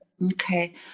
Okay